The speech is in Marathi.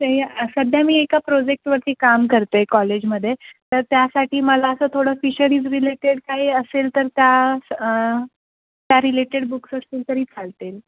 ते सध्या मी एका प्रोजेक्टवरती काम करते कॉलेजमध्ये तर त्यासाठी मला असं थोडं फिशरीज रिलेटेड काही असेल तर त्या त्या रिलेटेड बुक्स असतील तरी चालतील